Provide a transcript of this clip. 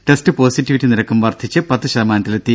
test positivity നിരക്കും വർദ്ധിച്ച് പത്ത് ശതമാനത്തിലെത്തി